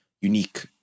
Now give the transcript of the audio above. unique